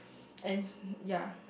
and ya